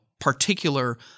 particular